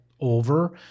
over